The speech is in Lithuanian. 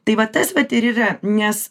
tai vat tas vat ir yra nes